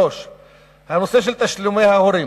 3. הנושא של תשלומי ההורים,